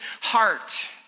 heart